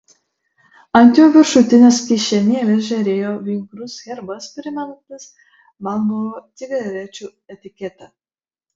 ant jo viršutinės kišenėlės žėrėjo vingrus herbas primenantis marlboro cigarečių etiketę